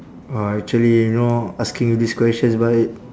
uh actually you know asking these questions but